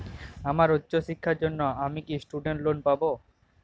আমার উচ্চ শিক্ষার জন্য আমি কি স্টুডেন্ট লোন পাবো